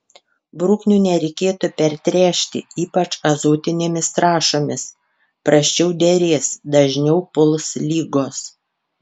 bruknių nereikėtų pertręšti ypač azotinėmis trąšomis prasčiau derės dažniau puls ligos